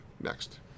Next